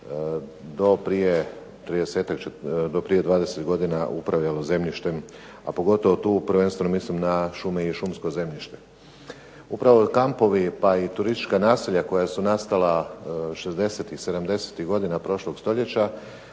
do prije dvadeset godina upravljalo zemljištem a pogotovo tu prvenstveno mislim na šume i šumsko zemljište. Upravo kampovi pa i turistička naselja koja su nastala šezdesetih, sedamdesetih godina prošlog stoljeća